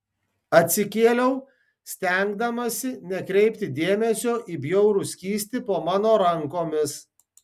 atsikėliau stengdamasi nekreipti dėmesio į bjaurų skystį po mano rankomis